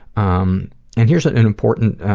um and here is ah an important